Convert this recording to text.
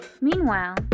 Meanwhile